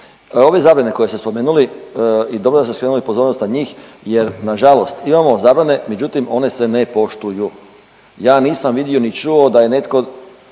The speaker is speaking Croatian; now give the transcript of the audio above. Ove zabrane koje ste spomenuli i dobro da ste skrenuli pozornost na njih, jer na žalost imamo zabrane međutim one se ne poštuju. Ja nisam vidio ni čuo da je netko